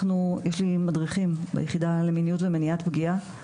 אנחנו יושבים עם מדריכים ביחידה למיניות ומניעת פגיעה,